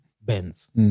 Benz